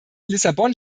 lissabon